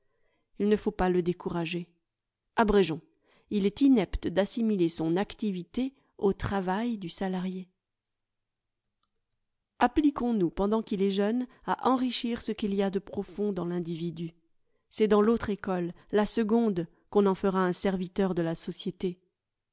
il ne faut pas le décourager abrégeons il est inepte d'assimiler son activité au travail du salarié appliquons nous pendant qu'il est jeune à enrichir ce qu'il y a de profond dans l'individu c'est dans l'autre école la seconde qu'on en fera un serviteur de la société